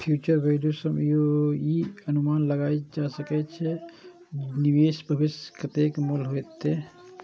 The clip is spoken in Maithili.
फ्यूचर वैल्यू सं ई अनुमान लगाएल जा सकै छै, जे निवेश के भविष्य मे कतेक मूल्य हेतै